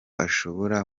ashobora